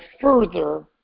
further